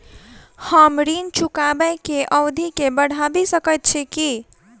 हम ऋण चुकाबै केँ अवधि केँ बढ़ाबी सकैत छी की?